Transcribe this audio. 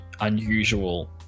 unusual